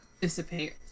Dissipate